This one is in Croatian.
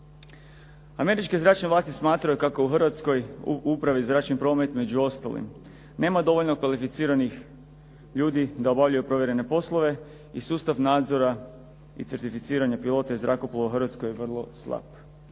Američke zračne vlasti smatraju kako u Hrvatskoj u upravi zračnim prometom među ostalim nema dovoljno kvalificiranih ljudi da obavljaju provjerene poslove i sustav nadzora i certificiranja pilota i zrakoplova u Hrvatskoj je vrlo slab.